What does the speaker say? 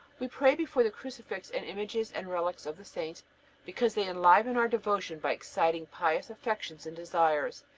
we pray before the crucifix and images and relics of the saints because they enliven our devotion by exciting pious affections and desires,